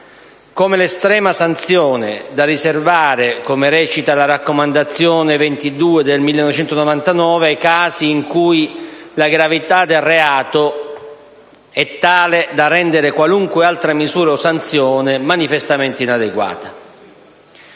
come l'estrema sanzione da riservare, come recita la raccomandazione n. 22 del 1999, ai casi in cui la gravità del reato è tale da rendere qualunque altra misura o sanzione manifestamente inadeguata.